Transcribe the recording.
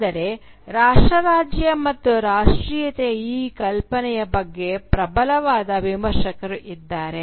ಆದರೆ ರಾಷ್ಟ್ರ ರಾಜ್ಯ ಮತ್ತು ರಾಷ್ಟ್ರೀಯತೆಯ ಈ ಕಲ್ಪನೆಯ ಬಗ್ಗೆ ಪ್ರಬಲವಾದ ವಿಮರ್ಶಕರು ಇದ್ದಾರೆ